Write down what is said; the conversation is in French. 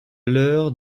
l’heure